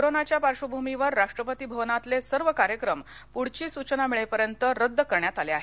कोरोनाच्या पार्श्वभूमीवर राष्ट्रपती भवनातले सर्व कार्यक्रम पुढची सुचना मिळेपर्यंत रद्द करण्यात आले आहेत